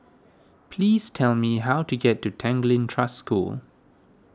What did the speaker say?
please tell me how to get to Tanglin Trust School